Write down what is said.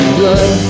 blood